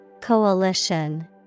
Coalition